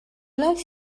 likes